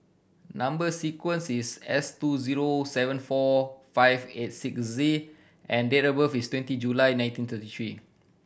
number sequence is S two zero seven four five eight six Z and date of birth is twenty July nineteen thirty three